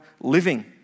living